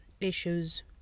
issues